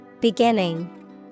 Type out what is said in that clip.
Beginning